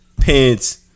pants